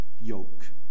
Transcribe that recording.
yoke